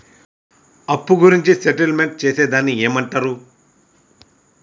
అప్పు గురించి సెటిల్మెంట్ చేసేదాన్ని ఏమంటరు?